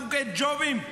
חוקי ג'ובים?